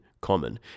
common